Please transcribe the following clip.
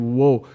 whoa